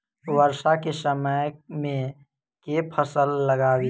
वर्षा केँ समय मे केँ फसल लगाबी?